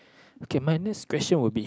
okay my next question would be